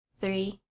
three